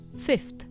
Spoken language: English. fifth